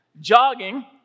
jogging